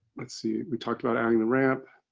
let's see, we talked about adding the ramp.